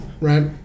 right